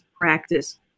practice